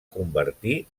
convertir